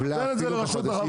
תן את זה לרשות,